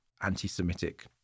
anti-Semitic